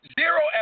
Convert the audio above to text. zero